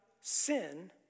sin